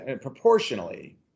proportionally